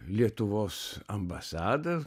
lietuvos ambasadą